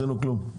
נראה לי פחות סביר.